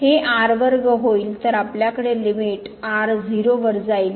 तर आपल्याकडे limit r 0 वर जाईल